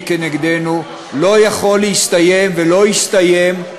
נגדנו לא יכולים להסתיים ולא יסתיימו,